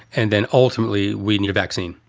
and then ultimately we need a vaccine.